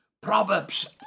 Proverbs